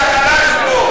כי אתה החלש בו,